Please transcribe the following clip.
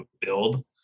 build